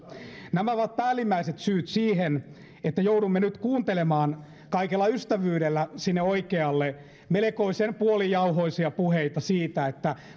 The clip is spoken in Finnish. nämä ovat päällimmäiset syyt siihen että joudumme nyt kuuntelemaan kaikella ystävyydellä sinne oikealle melkoisen puolijauhoisia puheita siitä että